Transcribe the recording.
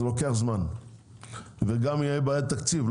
זה לוקח זמן וגם תהיה בעיית תקציב,